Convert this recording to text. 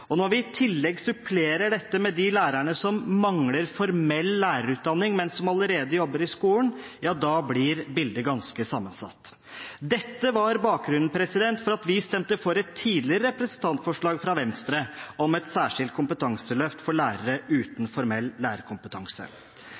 Når vi i tillegg supplerer dette med de lærerne som mangler formell lærerutdanning, men som allerede jobber i skolen, blir bildet ganske sammensatt. Dette var bakgrunnen for at vi stemte for et tidligere representantforslag fra Venstre om et særskilt kompetanseløft for lærere uten formell lærerkompetanse.